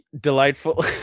delightful